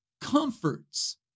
comforts